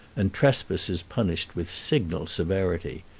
and trespass is punished with signal severity.